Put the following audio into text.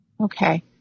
Okay